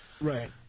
Right